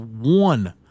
one